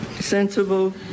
sensible